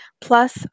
plus